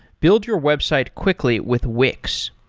build your website quickly with wix.